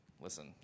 Listen